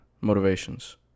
motivations